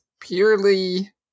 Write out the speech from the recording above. purely